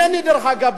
דרך אגב,